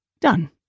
Done